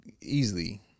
easily